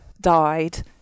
died